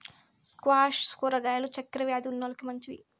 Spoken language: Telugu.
స్క్వాష్ కూరగాయలు చక్కర వ్యాది ఉన్నోలకి మంచివి